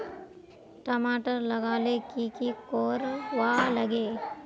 टमाटर लगा ले की की कोर वा लागे?